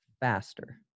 faster